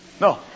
No